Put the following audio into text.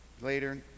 later